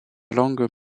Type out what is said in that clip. langue